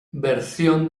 versión